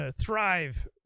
thrive